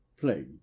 Plague